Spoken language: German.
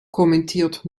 kommentiert